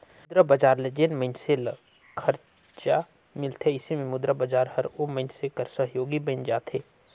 मुद्रा बजार ले जेन मइनसे ल खरजा मिलथे अइसे में मुद्रा बजार हर ओ मइनसे कर सहयोगी बइन जाथे